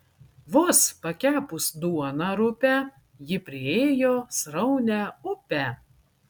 vos pakepus duoną rupią ji priėjo sraunią upę